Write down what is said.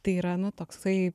tai yra nu toksai